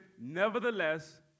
nevertheless